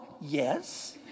Yes